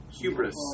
hubris